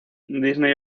disney